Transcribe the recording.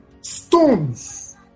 stones